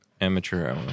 Amateur